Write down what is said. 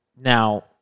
Now